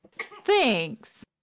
Thanks